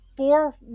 Four